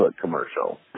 commercial